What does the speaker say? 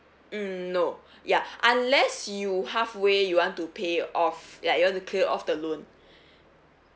mm no ya unless you halfway you want to pay off like you want to clear off the loan